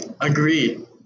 agree